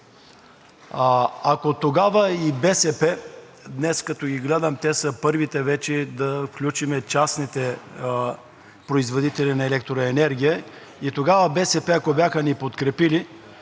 Ако тогава БСП, днес, като ги гледам, са първите вече да включим частните производители на електроенергия, тогава БСП, ако бяха ни подкрепили,